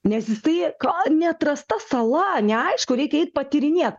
nes jisai ką neatrasta sala neaišku reikia eit patyrinėt